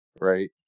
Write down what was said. right